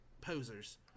posers